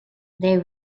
they